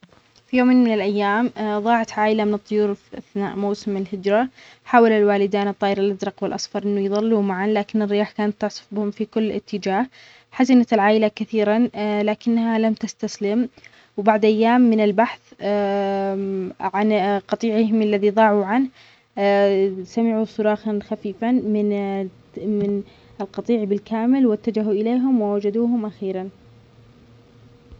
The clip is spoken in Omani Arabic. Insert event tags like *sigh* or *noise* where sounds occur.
في يوم من الأيام *hesitation* ضاعت عائلة من الطيور في أثناء موسم الهجرة، حاول الوالدان الطائر الأزرق والأصفر أن يظلوا معًا، لكن الرياح كانت تسحبهم في كل اتجاه، حزنت العائلة كثيرًا *hesitation* لكنها لم تستسلم وبعد أيام من البحث عن *hesitation* قطيعهم الذي تاهوا عنه (اا) سمعوا صراخًا خفيفًا من *hesitation* من القطيع بالكامل واتجهوا إليهم ووجدوهم أخيرًا.